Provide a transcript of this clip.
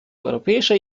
europäischer